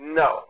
no